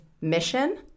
mission